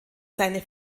seine